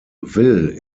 will